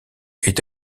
est